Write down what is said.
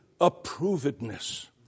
approvedness